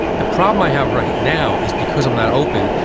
the problem i have right now is because i'm not open.